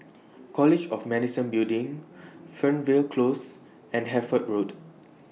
College of Medicine Building Fernvale Close and Hertford Road